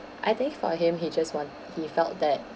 I think for him he just want he felt that